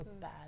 bad